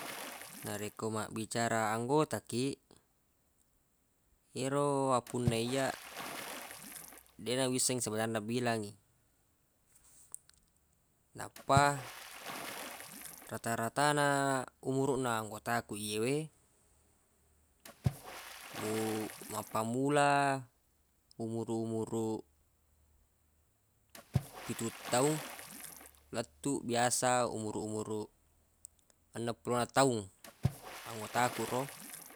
Narekko mabbicara anggota kiq ero wappunai iyya dena wisseng sebenar na bilangngi nappa rata-rata na umuruq na anggota ku yewe mappammula umuruq-umuruq pituttaung lettu biasa umuruq-umuruq enneppulona taung anggota ku ro.